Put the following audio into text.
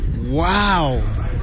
Wow